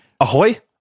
Ahoy